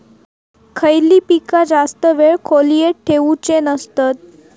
खयली पीका जास्त वेळ खोल्येत ठेवूचे नसतत?